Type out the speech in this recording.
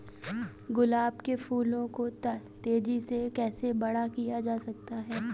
गुलाब के फूलों को तेजी से कैसे बड़ा किया जा सकता है?